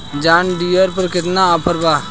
John Deere पर केतना offer बा?